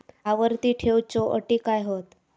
आवर्ती ठेव च्यो अटी काय हत?